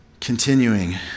continuing